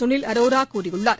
சுனில் அரோரா கூறியுள்ளார்